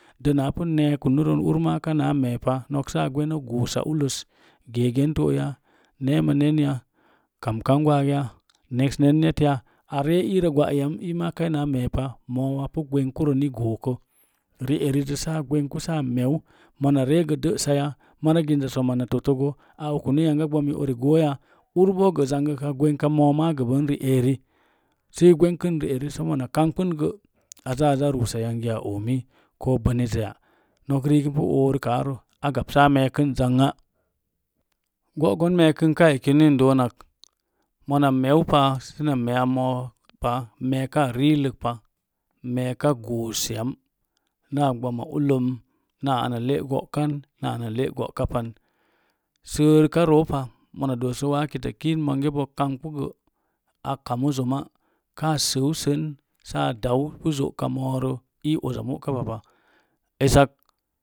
Dena a pu meekənu rən kana me̱e̱pa no̱k sə a gwene go̱o̱sa ullos geegən to'ya? Neemə nen ya? Kamkan gwaag ya? Neks nen net ya? A ree irə gwa yam i kaina meepa. mo̱o̱ apu gwenku ro ni gookko ri'erizi sə a gwenku sə a meeu. mona rəə gə desaya? Mara ginza sommaz na totto gə a okunu yanga gbami uri gooya? Urbo gə zangəka gwan rieri sə i gwenkən nieri sommo na kamkpin gə a záá azaa rúús yangiya omi ko̱o̱ bənaziya nok ri'zi npu o̱o̱ rukaa rə. Sə a meekən zanŋa go'gon me̱e̱kən kààki ni n doonak mona meeu pa səna me̱e̱ya mo̱o̱pa me̱e̱káá ri'illək pa meeka go̱o̱s yam na gbama ulləm naa ana le’ gokan naa ana le’ goka pan səərika ro̱o̱ pa mona doosə waa kita kiiz mongə bo kangipu gə a kamu zəma káá səəu sən sə a dau pu zo'ka mo̱o̱rə ii uza mu'ka pa pa esak.